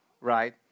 right